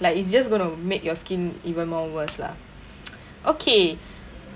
like it's just going to make your skin even more worse lah okay